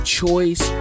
choice